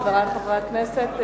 חברי חברי הכנסת,